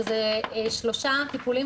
שזה שלושה טיפולים